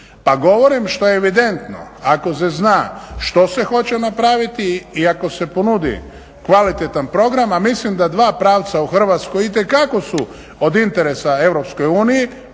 Pa govorim što je evidentno ako se zna što se hoće napraviti i ako se ponudi kvalitetan program, a mislim da dva pravca u Hrvatskoj itekako su od interesa